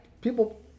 people